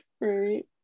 right